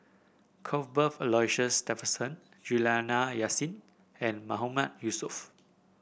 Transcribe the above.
Cuthbert Aloysius Shepherdson Juliana Yasin and Mahmood Yusof